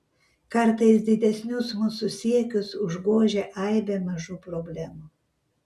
kartais didesnius mūsų siekius užgožia aibė mažų problemų